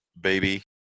baby